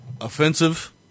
offensive